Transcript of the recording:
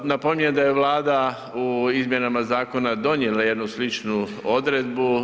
Al, napominjem da je Vlada u izmjenama zakona donijela jednu sličnu odredbu.